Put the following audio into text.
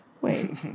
Wait